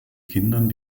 kindern